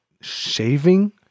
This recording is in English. shaving